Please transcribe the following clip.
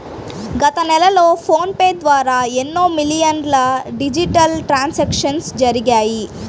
గత నెలలో PhonePe ద్వారా ఎన్నో మిలియన్ల డిజిటల్ ట్రాన్సాక్షన్స్ జరిగాయి